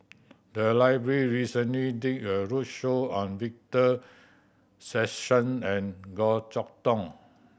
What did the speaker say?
the library recently did a roadshow on Victor Sassoon and Goh Chok Tong